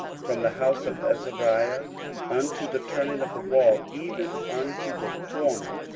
from the house of azariah unto the turning of the wall, even unto the corner.